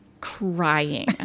crying